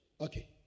Okay